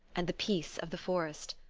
and the peace of the forest.